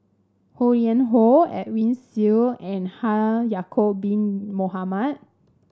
Ho Yuen Hoe Edwin Siew and Haji Ya'acob Bin Mohamed